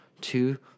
two